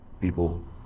people